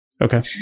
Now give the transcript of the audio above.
okay